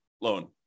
loan